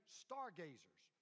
stargazers